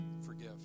forgive